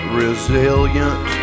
resilient